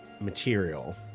material